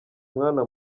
mwana